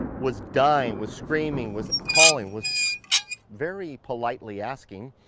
was dying, was screaming, was calling, was very politely asking,